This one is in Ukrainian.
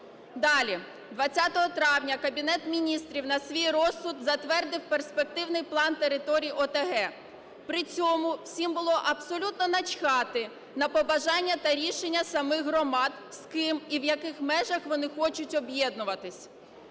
Далі. 20 травня Кабінет Міністрів на свій розсуд затвердив перспективний план територій ОТГ, при цьому усім було абсолютно начхати на побажання та рішення самих громад, з ким і в яких межах вони хочуть об'єднуватись.